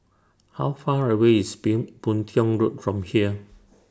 How Far away IS Boon Tiong Road from here